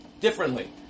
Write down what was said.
differently